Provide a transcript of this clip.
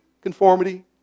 conformity